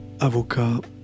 avocat